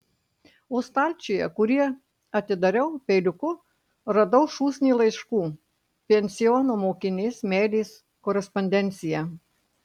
o stalčiuje kurį atidariau peiliuku radau šūsnį laiškų pensiono mokinės meilės korespondenciją